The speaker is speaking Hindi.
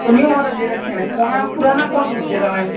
तो न्यू मॉडल ले रखे हैं पुराना पुराना कौन पूछेगा मेम